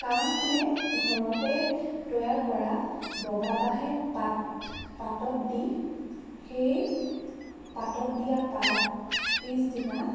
কাহ হ'লে ঘৰতে তৈয়াৰ কৰা বগা বাঁহে পাত পাতত দি সেই পাতত দিয়া পাত পিছদিনা